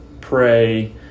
pray